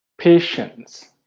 patience